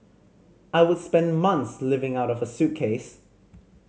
I would spend month living out of a suitcase